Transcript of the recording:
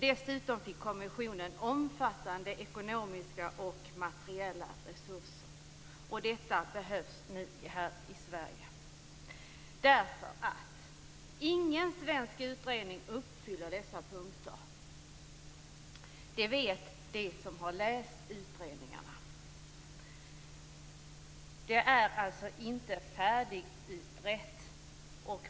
Dessutom fick kommissionen omfattande ekonomiska och materiella resurser. Detta behövs nu här i Sverige. Ingen svensk utredning uppfyller dessa punkter. Det vet de som har läst utredningarna. Det är inte färdigutrett.